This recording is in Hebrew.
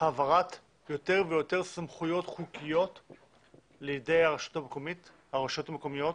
העברת יותר ויותר סמכויות חוקיות לידי הרשויות המקומיות,